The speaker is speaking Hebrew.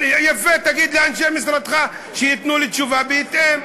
יפה, תגיד לאנשי משרדך שייתנו לי תשובה בהתאם.